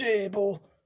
table